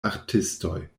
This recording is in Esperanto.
artistoj